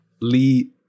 Lee